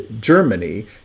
Germany